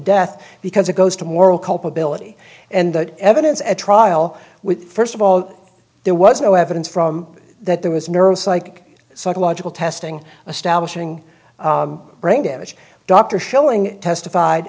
death because it goes to moral culpability and evidence at trial with first of all there was no evidence from that there was nervous like psychological testing establishing brain damage dr schilling testified